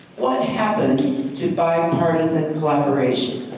what happened to bipartisan collaboration?